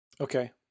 Okay